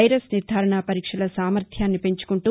virus నిర్ణారణ పరీక్షల సామార్యాన్ని పెంచుకుంటూ